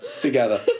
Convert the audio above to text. together